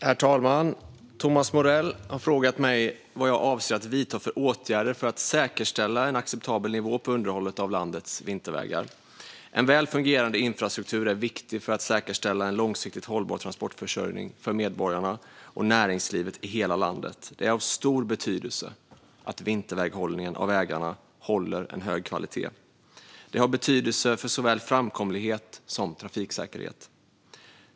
Herr talman! Thomas Morell har frågat mig vad jag avser att vidta för åtgärder för att säkerställa en acceptabel nivå på underhållet av landets vintervägar. En väl fungerande infrastruktur är viktig för att säkerställa en långsiktigt hållbar transportförsörjning för medborgarna och näringslivet i hela landet. Det är av stor betydelse att vinterväghållningen av vägarna håller en hög kvalitet. Det har betydelse för såväl framkomlighet som trafiksäkerhet.